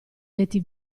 letti